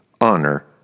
honor